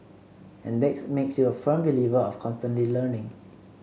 and that makes you a firm believer of constantly learning